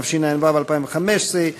התשע"ו 2015,